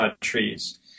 trees